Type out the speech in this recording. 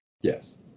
Yes